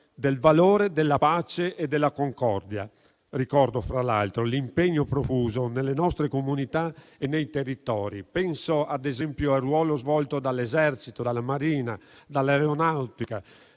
del valore della pace e della concordia. Ricordo, fra l'altro, l'impegno profuso nelle nostre comunità e nei territori: penso, ad esempio, al ruolo svolto dall'Esercito, dalla Marina e dall'Aeronautica,